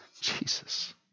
Jesus